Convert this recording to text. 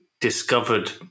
discovered